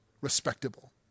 respectable